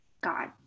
God